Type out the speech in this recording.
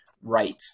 right